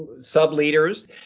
sub-leaders